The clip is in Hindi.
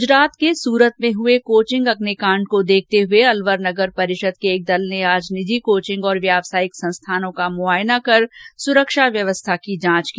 गुजरात के सूरत में हुए कोचिंग अग्निकांड को देखते हुए अलवर नगर परिषद के एक दल ने आज निजी कोचिंग और व्यवसायिक संस्थानों का मुआयना करके सुरक्षा व्यवस्था की जांच की